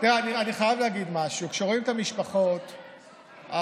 אני חייב להגיד משהו: כשרואים את המשפחות שנפגעו,